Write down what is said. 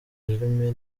rurimi